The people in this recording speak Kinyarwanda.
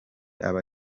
aba